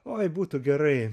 oi būtų gerai